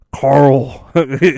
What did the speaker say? Carl